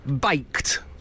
Baked